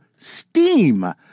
steam